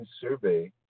survey